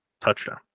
touchdown